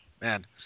man